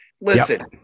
Listen